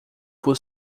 por